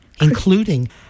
Including